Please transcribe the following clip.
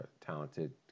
talented